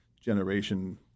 generation